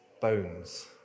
bones